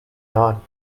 not